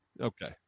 okay